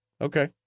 Okay